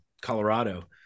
Colorado